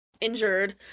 injured